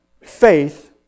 faith